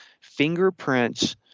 fingerprints